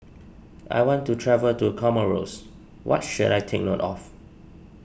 I want to travel to Comoros what should I take note of